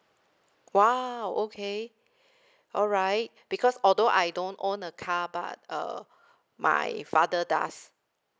!wow! okay alright because although I don't own a car but uh my father does